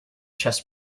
chess